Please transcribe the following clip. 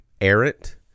errant